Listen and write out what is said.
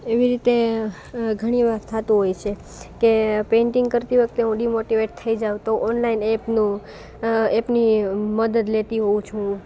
એવી રીતે ઘણી વાર થાતું હોય છે કે પેંટિંગ કરતી વખતે હું ડીમોટીવેટ થઈ જાઉ તો ઓનલાઈન એપનું એપની મદદ લેતી હોઉ છું